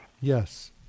Yes